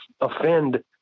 offend